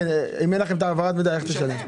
אם אין לכם העברת מידע איך תשלמו?